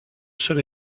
seul